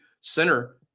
center